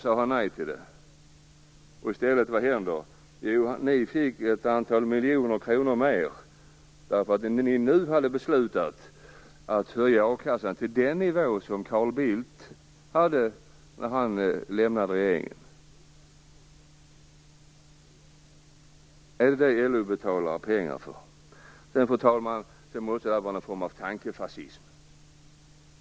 Vad hände i stället? Jo, ni fick ett antal miljoner kronor mer, därför att ni nu hade beslutat att höja a-kassan till den nivå som Carl Bildt hade varit med om att besluta när han lämnade regeringen. Är det detta LO betalar pengar för? Fru talman! Det måste vara fråga om någon form av tankefascism.